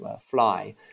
fly